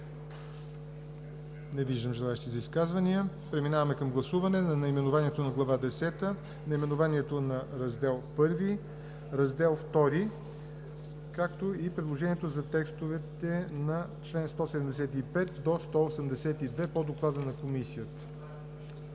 Не виждам желаещи за изказвания. Преминаваме към гласуване на наименованието на Глава десета, наименованието на Раздел I, Раздел II, чл. 174, както и предложението за текстове на членове от 175 до чл. 182 по доклада на Комисията.